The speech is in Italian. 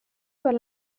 per